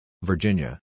Virginia